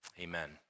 amen